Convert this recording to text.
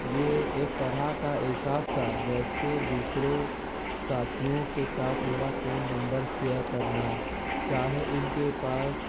یہ ایک طرح کا احساس تھا جیسے دوسروں ساتھیوں کے ساتھ میرا فون نمبر شیئر کرنا چاہے ان کے پاس